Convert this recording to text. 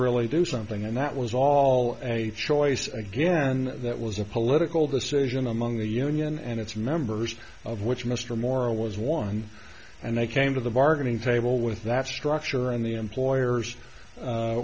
really do something and that was all a choice again that was a political decision among the union and its members of which mr morell was one and they came to the bargaining table with that structure and the employers